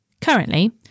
Currently